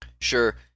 Sure